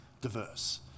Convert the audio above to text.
diverse